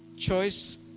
Choice